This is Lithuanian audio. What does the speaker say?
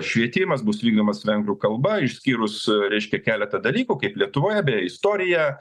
švietimas bus vykdomas vengrų kalba išskyrus reiškia keletą dalykų kaip lietuvoje beje istorija